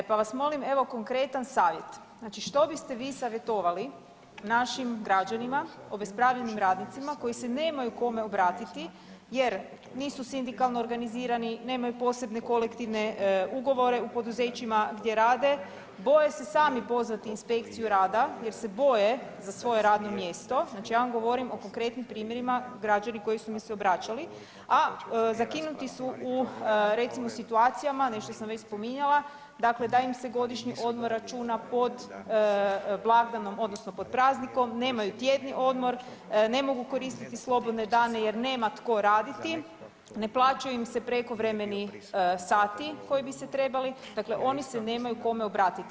E pa vas molim evo konkretan savjet, znači što biste vi savjetovali našim građanima, obespravljenim radnicima koji se nemaju kome obratiti jer nisu sindikalno organizirani, nemaju posebne kolektivne ugovore u poduzećima gdje rade, boje se sami pozvati inspekciju rada jer se boje za svoje radno mjesto, znači ja vam govorim o konkretnim primjerima, građani koji su mi se obraćali, a zakinuti su u recimo situacijama, nešto sam već spominjala, dakle da im se godišnji odmor računa pod blagdanom odnosno pod praznikom, nemaju tjedni odmor, ne mogu koristiti slobodne dane jer nema tko raditi, ne plaćaju im se prekovremeni sati koji bi se trebali, dakle oni se nemaju kome obratiti.